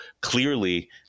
clearly